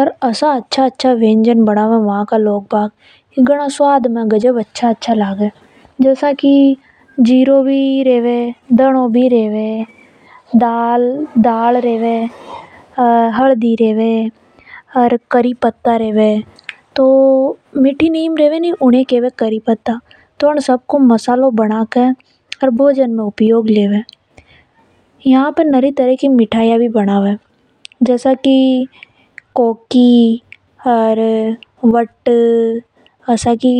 ओर वहां का लोग घणा अच्छा अच्छा वैन जन बनावे जो घणा स्वाद लगे। जसा की जीरो भी रेवे धनों भी रेवे और दाल ये सब रेवे तो खानो अच्छों लगे। यहां पे नरी तरह की मिटाया भी बनावे जसा की कोकी, हर आदि।